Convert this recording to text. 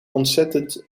ontzettend